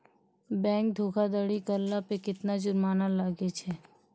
Bank धोखाधड़ी करला पे केतना जुरमाना लागै छै?